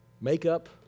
makeup